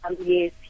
Yes